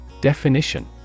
Definition